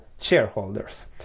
Shareholders